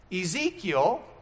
Ezekiel